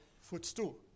footstool